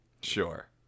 sure